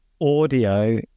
Audio